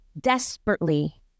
desperately